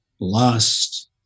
lust